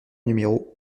numéro